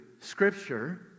Scripture